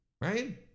Right